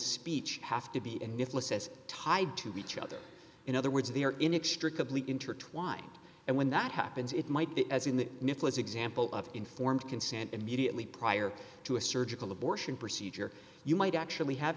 speech have to be in mifflin says tied to each other in other words they are inextricably intertwined and when that happens it might be as in the nicholas example of informed consent immediately prior to a surgical abortion procedure you might actually have